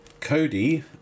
Cody